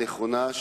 הנכונה,